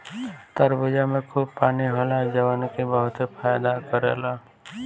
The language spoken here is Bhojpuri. तरबूजा में खूब पानी होला जवन की बहुते फायदा करेला